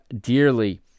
dearly